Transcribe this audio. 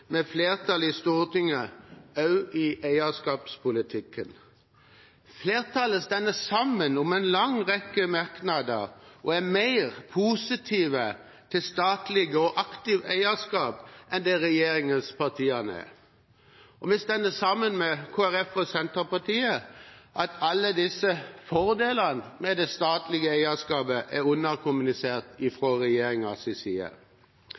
med flertallet i Stortinget også i eierskapspolitikken. Flertallet står sammen om en lang rekke merknader og er mer positive til statlig og aktivt eierskap enn det regjeringspartiene er. Vi står også sammen med Kristelig Folkeparti og Senterpartiet om at alle fordelene med det statlige eierskapet er underkommunisert fra regjeringens side.